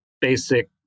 basic